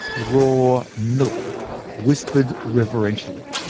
raw milk whispered reverentially.